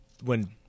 when-